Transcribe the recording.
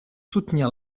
soutenir